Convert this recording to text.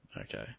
Okay